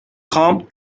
خوام